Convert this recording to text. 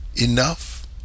enough